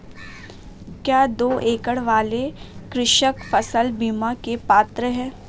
क्या दो एकड़ वाले कृषक फसल बीमा के पात्र हैं?